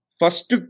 first